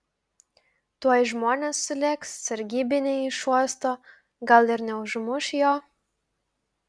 tuoj žmonės sulėks sargybiniai iš uosto gal ir neužmuš jo